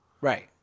Right